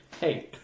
Hey